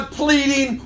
pleading